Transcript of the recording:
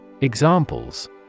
Examples